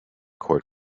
court